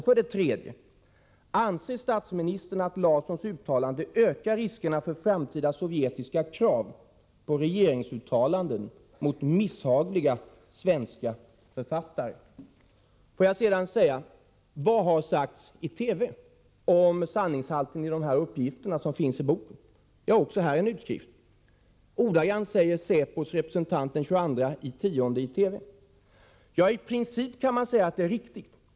För det tredje: Anser statsministern att Ulf Larssons uttalande ökar riskerna för framtida sovjetiska krav på regeringsuttalanden mot misshagliga svenska författare? Låt mig också fråga: Vad har sagts i TV om sanningshalten i de uppgifter som lämnas i boken? Jag har en utskrift också av det. Säpos representant sade ordagrant följande i TV den 22 oktober: Ja, i princip kan man säga att det är riktigt.